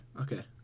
okay